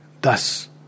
Thus